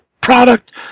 product